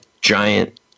giant